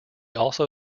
also